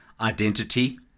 identity